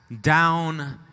down